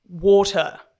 water